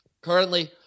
currently